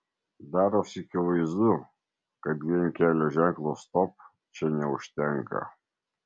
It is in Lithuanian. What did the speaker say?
darosi akivaizdu kad vien kelio ženklo stop čia neužtenka